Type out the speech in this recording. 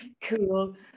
Cool